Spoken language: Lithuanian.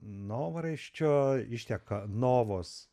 novaraisčio išteka novos